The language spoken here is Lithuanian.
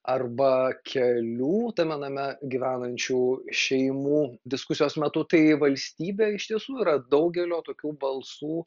arba kelių tame name gyvenančių šeimų diskusijos metu tai valstybė iš tiesų yra daugelio tokių balsų